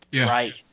Right